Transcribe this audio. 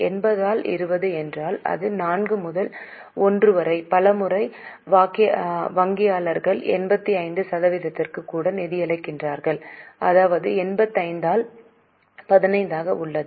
80 ஆல் 20 என்றால் அது 4 முதல் 1 வரை பல முறை வங்கியாளர்கள் 85 சதவீதத்திற்கு கூட நிதியளிக்கின்றனர் அதாவது 85 ஆல் 15 ஆக உள்ளது